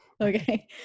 Okay